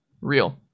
Real